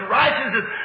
righteousness